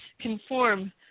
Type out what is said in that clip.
conform